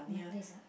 my place ah